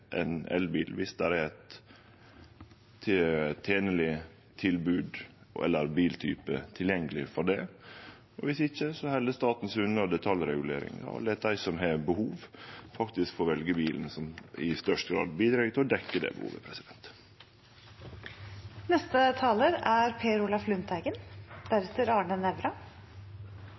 elbil om det er eit tenleg tilbod eller ein biltype tilgjengeleg for det. Om ikkje held staten seg unna detaljregulering og lèt dei som har behov, faktisk få velje bilen som i størst grad bidreg til å dekkje det behovet. Det er